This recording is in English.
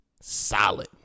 solid